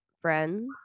friends